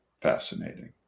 fascinating